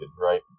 right